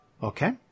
Okay